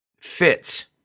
fits